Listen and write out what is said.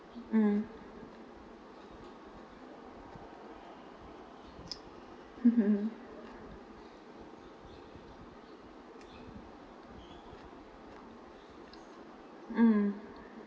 mm hmm mm